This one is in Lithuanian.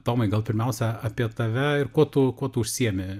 tomai gal pirmiausia apie tave ir kuo tu kuo tu užsiėmi